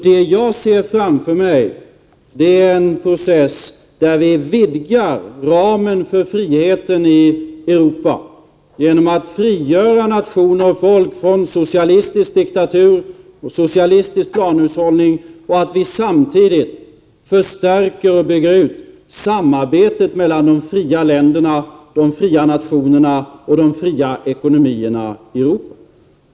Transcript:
Det jag ser framför mig är en process där vi vidgar ramen för friheten i Europa genom att frigöra nationer och folk från socialistisk diktatur och socialistisk planhushållning. Samtidigt förstärker vi och bygger ut samarbetet mellan de fria länderna, de fria nationerna och de fria ekonomierna i Europa.